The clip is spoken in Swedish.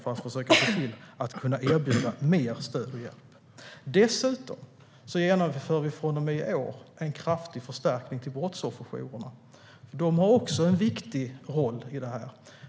Vi ska försöka se till att kunna erbjuda mer stöd och hjälp. Dessutom genomför vi från och med i år en kraftig förstärkning till brottsofferjourerna. De har också en viktig roll i detta.